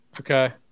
Okay